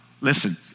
listen